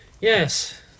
Yes